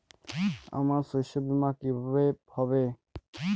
আমার শস্য বীমা কিভাবে হবে?